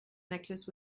necklace